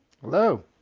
Hello